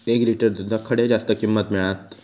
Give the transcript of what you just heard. एक लिटर दूधाक खडे जास्त किंमत मिळात?